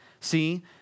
See